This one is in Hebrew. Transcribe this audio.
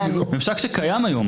זה ממשק שקיים היום,